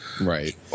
Right